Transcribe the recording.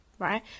right